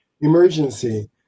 emergency